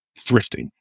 thrifting